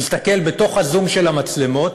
הסתכל בתוך הזום של המצלמות